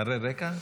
בעלי רקע?